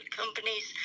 companies